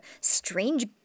strange